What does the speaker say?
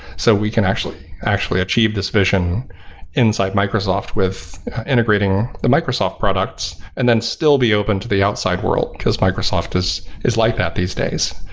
so we can actually actually achieve this vision inside microsoft with integrating the microsoft products and then still be open to the outside world, because microsoft is is like that these days.